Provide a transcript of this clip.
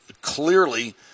clearly